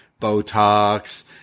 Botox